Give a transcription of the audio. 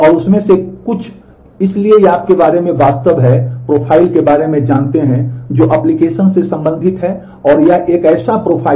और उस में से कुछ इसलिए ये आपके बारे में वास्तव में हैं प्रोफाइल के बारे में जानते हैं जो ऍप्लिकेशन्स कहेंगे